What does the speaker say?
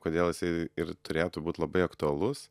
kodėl jisai ir turėtų būt labai aktualus